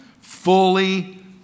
fully